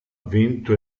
vinto